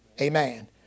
Amen